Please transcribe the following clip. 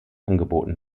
angeboten